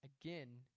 Again